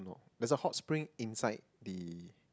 there's a hot spring inside the